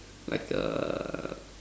like a